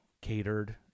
catered